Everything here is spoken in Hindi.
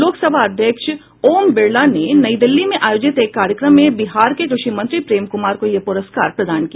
लोकसभा अध्यक्ष ओम बिड़ला ने नई दिल्ली में आयोजित एक कार्यक्रम में बिहार के कृषि मंत्री प्रेम कुमार को यह पुरस्कार प्रदान किया